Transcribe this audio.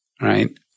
right